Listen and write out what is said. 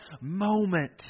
moment